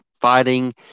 fighting